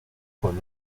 con